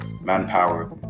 manpower